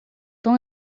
tão